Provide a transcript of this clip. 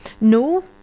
no